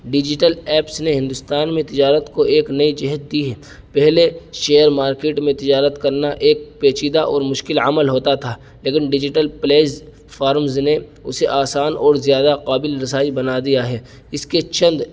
digital apps نے ہندوستان میں تجارت کو ایک نئی جہت دی ہے پہلے شیئر مارکیٹ میں تجارت کرنا ایک پیچیدہ اور مشکل عمل ہوتا تھا لیکن ڈیجیٹل پلیزفارمز نے اسے آسان اور زیادہ قابل رسائی بنا دیا ہے اس کے چند